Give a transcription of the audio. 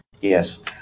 Yes